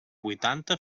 huitanta